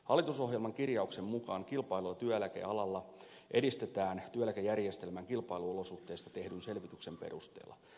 hallitusohjelman kirjauksen mukaan kilpailua työeläkealalla edistetään työeläkejärjestelmän kilpailuolosuhteista tehdyn selvityksen perusteella